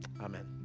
Amen